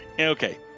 Okay